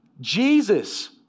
Jesus